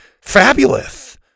Fabulous